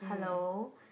hello